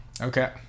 Okay